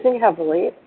heavily